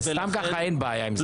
אבל סתם ככה אין בעיה עם זה.